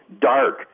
dark